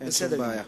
אין שום בעיה.